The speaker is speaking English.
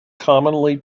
commonly